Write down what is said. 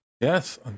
Yes